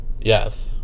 Yes